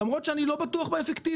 למרות שאני לא בטוח באפקטיביות,